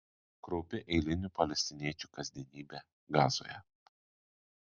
kraupi eilinių palestiniečių kasdienybė gazoje